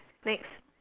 next